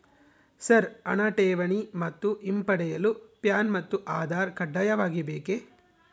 Sir ಹಣ ಠೇವಣಿ ಮತ್ತು ಹಿಂಪಡೆಯಲು ಪ್ಯಾನ್ ಮತ್ತು ಆಧಾರ್ ಕಡ್ಡಾಯವಾಗಿ ಬೇಕೆ?